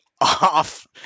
off